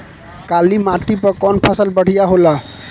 काली माटी पर कउन फसल बढ़िया होला?